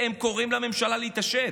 והם קוראים לממשלה להתעשת,